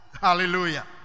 Hallelujah